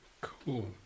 Cool